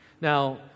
Now